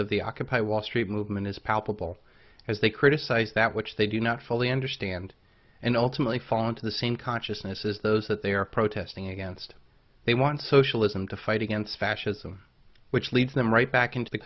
of the occupy wall street movement is palpable as they criticize that which they do not fully understand and ultimately fall into the same consciousness is those that they are protesting against they want socialism to fight against fascism which leads them right back into the